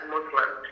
Muslim